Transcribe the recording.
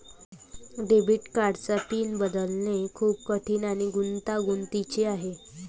debit कार्डचा pin बदलणे खूप कठीण आणि गुंतागुंतीचे आहे